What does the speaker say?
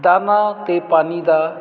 ਦਾਣਾ ਅਤੇ ਪਾਣੀ ਦਾ